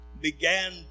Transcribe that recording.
began